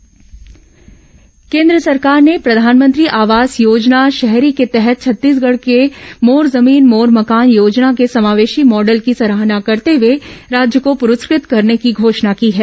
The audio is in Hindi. केन्द्र सराहना केन्द्र सरकार ने प्रधानमंत्री आवास योजना शहरी के तहत छत्तीसगढ़ के मोर जमीन मोर मकान योजना के समावेशी मॉडल की सराहना करते हुए राज्य को पुरस्कृत करने की घोषणा की है